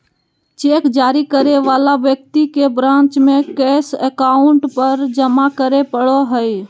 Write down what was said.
cheque जारी करे वाला व्यक्ति के ब्रांच में कैश काउंटर पर जमा करे पड़ो हइ